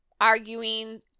arguing